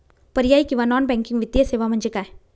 पर्यायी किंवा non banking वित्तीय सेवा म्हणजे काय?